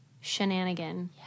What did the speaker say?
shenanigan